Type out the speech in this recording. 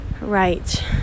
Right